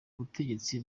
butegetsi